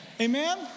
Amen